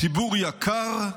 ציבור יקר,